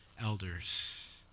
elders